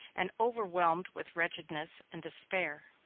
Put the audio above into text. and overwhelmed with wretchedness and despair.